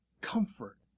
comfort